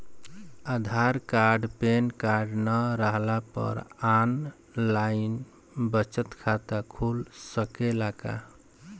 आधार card PAN card न रहला पर आन लाइन बचत खाता खुल सकेला का?